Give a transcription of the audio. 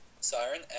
siren